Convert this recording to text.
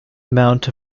amount